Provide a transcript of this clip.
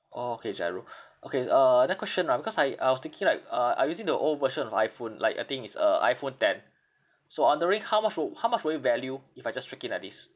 orh okay GIRO okay uh another question ah because I I was thinking like uh I using the old version of iphone like I think is a iphone ten so wondering how much will how much will you value if I just trade in like this